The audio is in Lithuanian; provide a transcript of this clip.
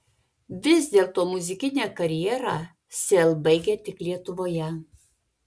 vis dėlto muzikinę karjerą sel baigia tik lietuvoje